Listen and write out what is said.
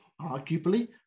arguably